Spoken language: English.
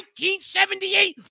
1978